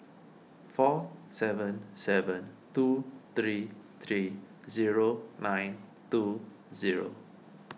four seven seven two three three zero nine two zero